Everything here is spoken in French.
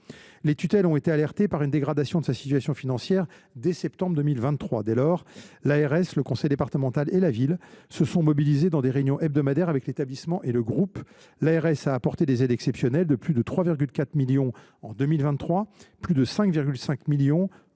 Les tutelles ont été alertées sur une dégradation de sa situation financière dès le mois de septembre 2023. Dès lors, l’ARS, le conseil départemental et la ville se sont mobilisés lors de réunions hebdomadaires avec l’établissement et le groupe. L’ARS a apporté des aides exceptionnelles, de plus de 3,4 millions d’euros en 2023 et de plus de 5,5 millions d’euros